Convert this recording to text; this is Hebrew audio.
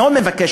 מאוד מבקש,